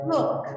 Look